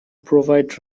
provide